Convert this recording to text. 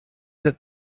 that